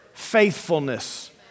faithfulness